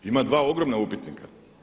Ima dva ogromna upitnika?